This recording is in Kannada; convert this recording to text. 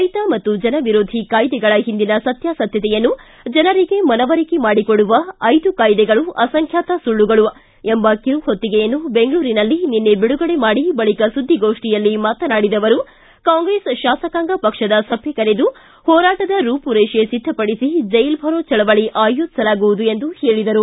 ರೈತ ಮತ್ತು ಜನವಿರೋಧಿ ಕಾಯಿದೆಗಳ ಹಿಂದಿನ ಸತ್ಯಾಸತ್ಯತೆಯನ್ನು ಜನರಿಗೆ ಮನವರಿಕೆ ಮಾಡಿಕೊಡುವ ಐದು ಕಾಯ್ದೆಗಳು ಅಸಂಬ್ವಾತ ಸುಳ್ಳುಗಳು ಎಂಬ ಕಿರು ಹೊತ್ತಿಗೆಯನ್ನು ಬೆಂಗಳೂರಿನಲ್ಲಿ ನಿನ್ನೆ ಬಿಡುಗಡೆ ಮಾಡಿ ಬಳಿಕ ಸುದ್ದಿಗೋಷ್ಠಿಯಲ್ಲಿ ಮಾತನಾಡಿದ ಅವರು ಕಾಂಗ್ರೆಸ್ ಶಾಸಕಾಂಗ ಪಕ್ಷದ ಸಭೆ ಕರೆದು ಹೋರಾಟದ ರೂಪುರೇಷೆ ಸಿದ್ಧಪಡಿಸಿ ಜೈಲ್ ಭರೋ ಚಳವಳಿ ಆಯೋಜಿಸಲಾಗುವುದು ಎಂದು ಹೇಳಿದರು